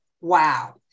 wow